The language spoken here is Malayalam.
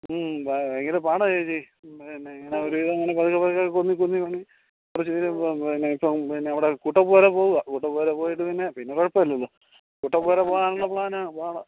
ഭയങ്കര പാടാണ് ചേച്ചി പിന്നെ ഇങ്ങനെ ഒരുവിധം അങ്ങനെ പതുക്കെ പതുക്കെ കുന്നിക്കുന്നി കുറച്ച് ദൂരം പോവും പിന്നെ ഇപ്പം പിന്നെ അവിടെ കുട്ടപ്പ് വരെ പോവാൻ കുട്ടപ്പ് വരെ പോയിട്ട് പിന്നെ കുഴപ്പമില്ലല്ലോ കുട്ടപ്പ് വരെ പോകാനുള്ള പ്ലാനാ പാടാണ്